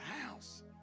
house